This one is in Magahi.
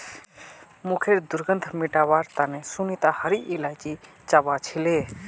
मुँहखैर दुर्गंध मिटवार तने सुनीता हरी इलायची चबा छीले